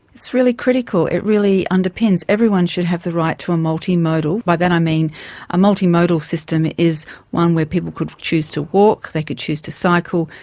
it's really critical, it really underpins, everyone should have the right to a multimodal, by that i mean a multimodal system is one where people could choose to walk, they could choose to cycle,